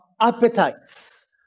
appetites